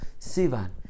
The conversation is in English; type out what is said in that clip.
Sivan